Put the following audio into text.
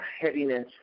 heaviness